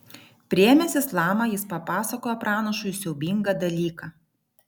priėmęs islamą jis papasakojo pranašui siaubingą dalyką